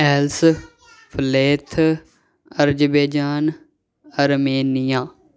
else ਪਲੇਥ Azerbaijan Armenia